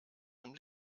zum